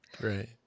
Right